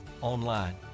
online